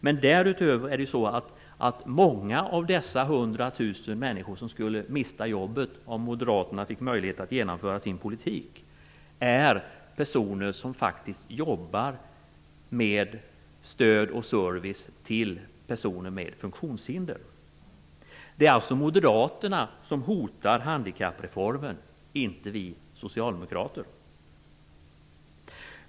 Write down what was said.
Men många av dessa hundra tusen människor som skulle mista jobbet om moderaterna fick möjlighet att genomföra sin politik är personer som faktiskt jobbar med stöd och service till personer med funktionshinder. Det är alltså moderaterna som hotar handikappreformen, inte vi socialdemokrater.